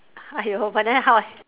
!aiyo! but then how I